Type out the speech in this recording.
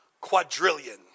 quadrillion